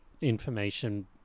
information